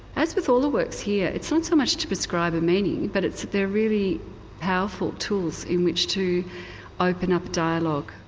as with all the works here, it's not so much to prescribe a meaning but they are really powerful tools in which to open up dialogue.